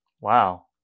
Wow